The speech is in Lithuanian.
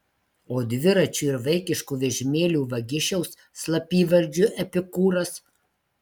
o dviračių ir vaikiškų vežimėlių vagišiaus slapyvardžiu epikūras